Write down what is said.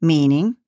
Meaning